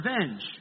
revenge